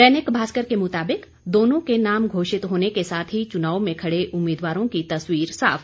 दैनिक भास्कर के मुताबिक दोनों के नाम घोषित होने के साथ ही चुनाव में खड़े उम्मीदवारों की तस्वीर साफ